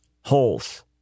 holes